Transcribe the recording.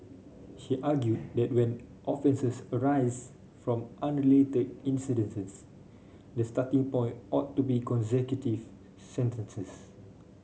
she argued that when offences arise from unrelated incidences the starting point ought to be consecutive sentences